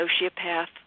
sociopath